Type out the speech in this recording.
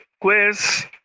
quiz